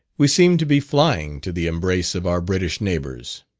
we seemed to be flying to the embrace of our british neighbours.